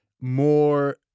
more